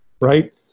right